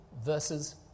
versus